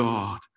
God